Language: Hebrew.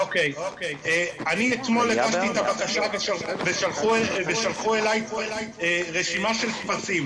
אני אתמול הגשתי את הבקשה ושלחו אליי רשימה של טפסים.